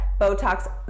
Botox